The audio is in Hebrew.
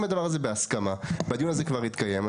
אם הדבר הזה בהסכמה והדיון הזה כבר התקיים,